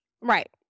Right